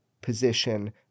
position